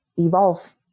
evolve